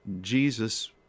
Jesus